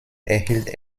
erhielt